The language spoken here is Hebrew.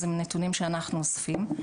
זה נתונים שאנחנו אוספים.